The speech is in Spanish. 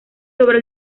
sobre